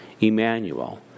Emmanuel